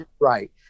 right